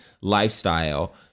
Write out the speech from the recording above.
lifestyle